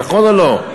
נכון או לא?